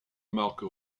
marque